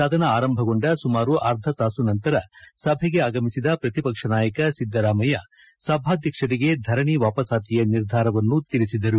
ಸದನ ಆರಂಭಗೊಂಡ ಸುಮಾರು ಅರ್ಧ ತಾಸು ನಂತರ ಸಭೆಗೆ ಆಗಮಿಸಿದ ಪ್ರತಿಪಕ್ಷ ನಾಯಕ ಸಿದ್ದರಾಮಯ್ಯ ಸಭಾಧ್ಯಕ್ಷರಿಗೆ ಧರಣಿ ವಾಪಾಸ್ಸಾತಿಯ ನಿರ್ಧಾರವನ್ನು ತಿಳಿಸಿದರು